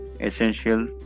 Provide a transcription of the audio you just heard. essential